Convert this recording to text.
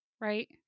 right